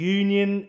union